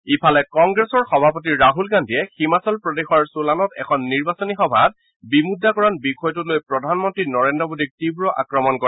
ইফালে কংগ্ৰেছৰ সভাপতি ৰাহুল গান্ধীয়ে হিমাচল প্ৰদেশৰ ছোলানত এখন নিৰ্বাচনী সভাত বিমুদ্ৰাকৰণ বিষয়টো লৈ প্ৰধানমন্তী নৰেন্দ্ৰ মোদীক আক্ৰমণ কৰে